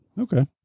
Okay